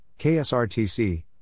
KSRTC